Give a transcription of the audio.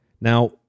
Now